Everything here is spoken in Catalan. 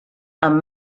amb